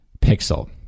pixel